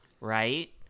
right